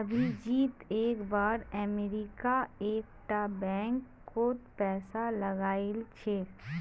अभिजीत एक बार अमरीका एक टा बैंक कोत पैसा लगाइल छे